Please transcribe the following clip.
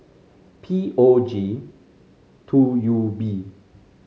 P O G two U B